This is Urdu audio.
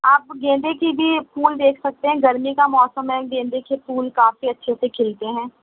آپ گیندے کے بھی پھول دیکھ سکتے ہیں گرمی کا موسم ہے گیندے کے پھول کافی اچھے سے کھلتے ہیں